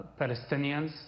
Palestinians